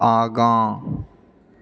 आगाँ